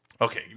Okay